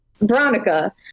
veronica